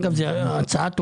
אגב, זה חוק טוב.